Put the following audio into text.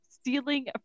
stealing